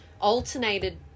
alternated